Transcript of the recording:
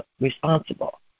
responsible